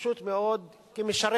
פשוט מאוד, כמשרת